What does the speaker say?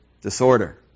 disorder